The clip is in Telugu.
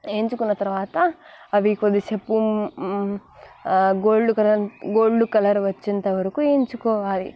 వేయించుకున్న తరువాత అవి కొద్దిసేపు గోల్డ్ కలర్ గోల్డ్ కలర్ వచ్చేంతటి వరకు వేయించుకోవాలి